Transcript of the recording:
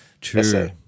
True